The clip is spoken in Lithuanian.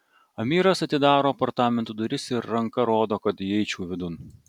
amiras atidaro apartamentų duris ir ranka rodo kad įeičiau vidun